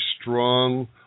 strong